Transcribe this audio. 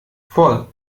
four